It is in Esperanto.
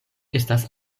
estas